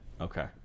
Okay